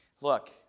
Look